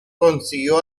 consiguió